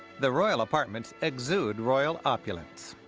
the royal apartments exude royal opulence.